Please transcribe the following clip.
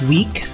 Week